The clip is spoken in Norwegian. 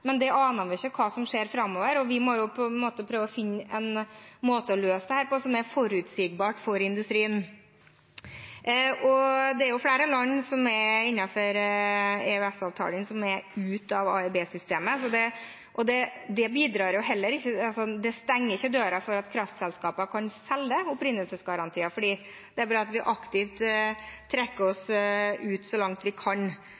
Men det er mer en trend at det kanskje kan bli pålagt industrien å ha det framover. Det er det ikke i dag. Men vi aner ikke hva som skjer framover, så vi må finne en måte å løse dette på som er forutsigbar for industrien. Det er flere EØS-land som er ute av AIB-systemet, men det stenger ikke døra for at kraftselskapene kan selge opprinnelsesgarantier. Derfor burde vi aktivt trekke oss ut så langt vi kan.